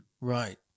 Right